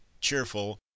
cheerful